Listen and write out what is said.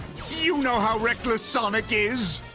you know how reckless sonic is.